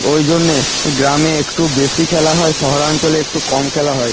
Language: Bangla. ওই জন্যে গ্রামে একটু বেশি খেলা হয় শহরাঞ্চলে একটু কম খেলা হয়